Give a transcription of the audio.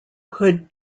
hood